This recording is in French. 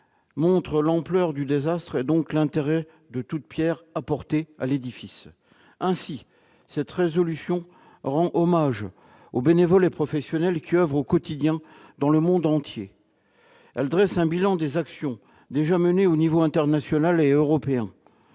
-montrent l'ampleur du désastre et, donc, l'intérêt de toute pierre apportée à l'édifice. Cette proposition de résolution rend hommage aux bénévoles et professionnels qui oeuvrent au quotidien dans le monde entier. Elle dresse un bilan des actions déjà menées aux niveaux international et européen.